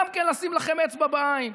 גם כן לשים לכם אצבע בעין.